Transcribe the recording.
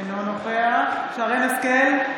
אינו נוכח שרן מרים השכל,